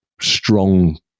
strong